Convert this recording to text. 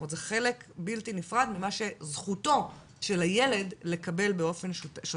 זה חלק בלתי נפרד מזכותו של הילד לקבל באופן שוטף.